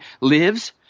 lives